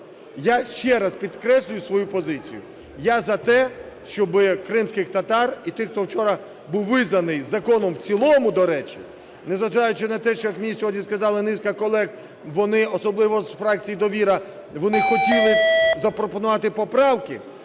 Я ще раз підкреслюю свою позицію: я за те, щоб кримських татар і тих, хто вчора був визнаний законом, у цілому, до речі, незважаючи на те, як мені сьогодні сказали низка колег, особливо з фракції "Довіра", вони хотіли запропонувати поправки,